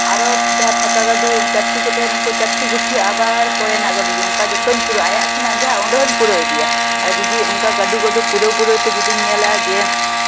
ᱟᱨᱚ ᱡᱟᱦᱟᱸ ᱯᱷᱟᱠᱟ ᱜᱟᱹᱰᱩ ᱪᱟᱴᱴᱤ ᱠᱚ ᱛᱟᱦᱮᱱ ᱩᱱᱠᱩ ᱪᱟᱴᱴᱤ ᱜᱩᱴᱷᱤ ᱟᱵᱟᱨ ᱯᱚᱨᱮᱱᱟᱜ ᱜᱟᱹᱰᱩ ᱨᱮᱧ ᱫᱚᱦᱚᱭᱟ ᱚᱱᱠᱟ ᱟᱭᱟᱜ ᱥᱮᱱᱟᱜ ᱡᱟᱦᱟᱸ ᱚᱸᱰᱮ ᱦᱚᱸᱧ ᱯᱩᱨᱟᱹᱣ ᱤᱫᱤᱭᱟ ᱟᱨ ᱡᱩᱫᱤ ᱚᱱᱠᱟ ᱜᱟᱹᱰᱩᱼᱜᱟᱹᱰᱩ ᱯᱩᱨᱟᱹᱣᱼᱯᱩᱨᱟᱹᱣ ᱛᱮᱧ ᱧᱮᱞᱟ ᱡᱮ